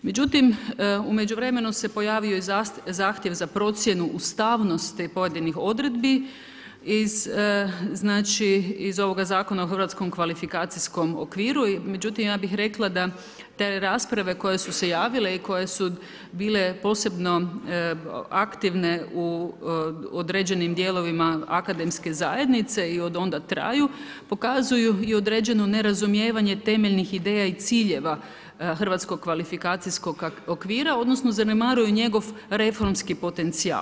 Međutim u međuvremenu se pojavio i zahtjev za procjenu ustavnosti pojedinih odredbi iz ovoga Zakona o Hrvatskom kvalifikacijskom okviru međutim ja bih rekla da te rasprave koje su se javile i koje su bile posebno aktivne u određenim dijelovima akademske zajednice i od onda traju, pokazuju i određeno nerazumijevanje temeljnih ideja i ciljeva Hrvatskoga kvalifikacijskog okvira odnosno zanemaruju njegov reformski potencijal.